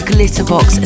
Glitterbox